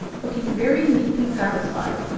looking very meek and satisfied.